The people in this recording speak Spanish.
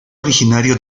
originario